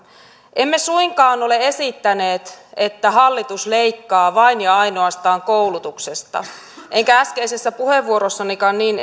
emme suinkaan ole esittäneet että hallitus leikkaa vain ja ainoastaan koulutuksesta enkä äskeisessä puheenvuorossanikaan niin